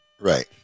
Right